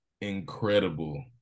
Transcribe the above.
incredible